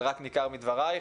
אבל זה ניכר מדבריך.